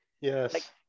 Yes